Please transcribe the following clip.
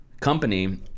company